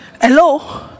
hello